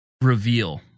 Reveal